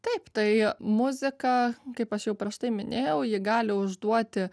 taip tai muzika kaip aš jau prieš tai minėjau ji gali užduoti